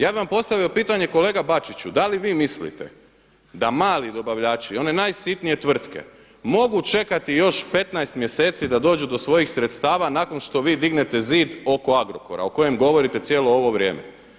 Ja bih vam postavio pitanje kolega Bačiću, da li vi mislite da mali dobavljači, one najsitnije tvrtke mogu čekati još 15 mjeseci da dođu do svojih sredstava nakon što vi dignete zid oko Agrokora o kojem govorite cijelo ovo vrijeme.